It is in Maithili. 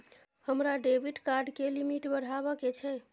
हमरा डेबिट कार्ड के लिमिट बढावा के छै